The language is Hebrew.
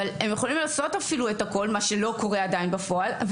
אבל הם יכולים לעשות אפילו את הכל מה שלא קורה עדיין בפועל,